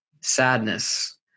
sadness